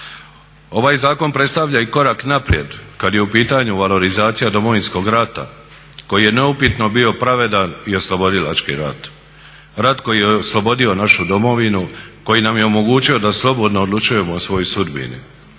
Ovaj zakon predstavlja i korak naprijed kad je u pitanju valorizacija Domovinskog rata koji je neupitno bio pravedan i oslobodilački rat, rat koji je oslobodio našu domovinu, koji nam je omogućio da slobodno odlučujemo o svojoj sudbini.